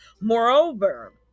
Moreover